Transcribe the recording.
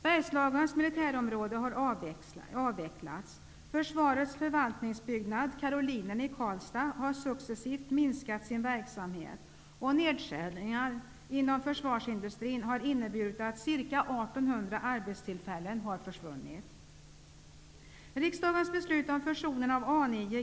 Bergslagens militärområde har avvecklats, försvarets förvaltningsbyggnad Karolinen i Karlstad har successivt minskat sin verksamhet och nedskärningar inom försvarsindustrin har inneburit att ca 1 800 arbetstillfällen har försvunnit.